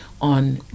on